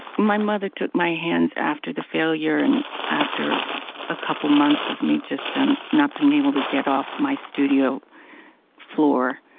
my mother took my hands after the failure and after a couple months of me just um not being able to get off my studio floor.